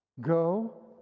Go